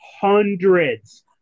Hundreds